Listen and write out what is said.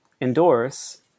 endorse